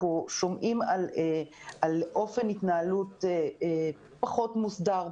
אנחנו שומעים על אופן התנהלות פחות מוסדר,